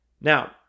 Now